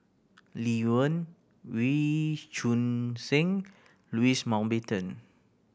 Lee Wen Wee Choon Seng Louis Mountbatten